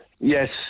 Yes